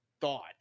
thought